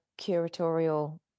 curatorial